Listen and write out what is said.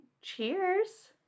cheers